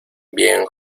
bien